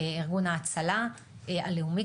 ארגון ההצלה הלאומי,